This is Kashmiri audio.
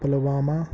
پُلوامہ